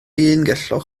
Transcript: ungellog